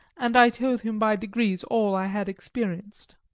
and i told him by degrees all i had experienced.